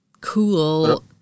Cool